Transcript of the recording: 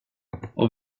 och